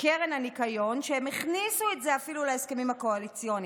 קרן הניקיון שהם הכניסו את זה אפילו להסכמים הקואליציוניים,